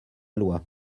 loi